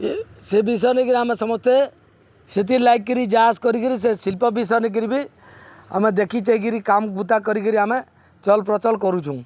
ଏ ସେ ବିଷୟ ନେଇକିିରି ଆମେ ସମସ୍ତେ ସେଥି ଲାଗିକିରି ଯାଆଆସ କରିକିରି ସେ ଶିଳ୍ପ ବିଷୟ ନେଇକିିରି ବି ଆମେ ଦେଖିଚାହିଁକିରି କାମକୁୁତା କରିକିରି ଆମେ ଚଲ୍ପ୍ରଚଳ କରୁଛୁଁ